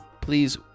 please